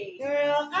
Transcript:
girl